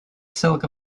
silk